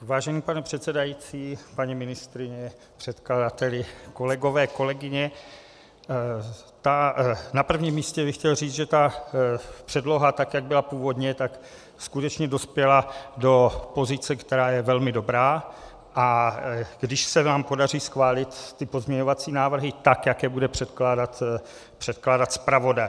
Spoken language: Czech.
Vážený pane předsedající, paní ministryně, předkladateli, kolegové, kolegyně, na prvním místě bych chtěl říct, že ta předloha, tak jak byla původně, skutečně dospěla do pozice, která je velmi dobrá, a když se vám podaří schválit pozměňovací návrhy tak, jak je bude předkládat zpravodaj.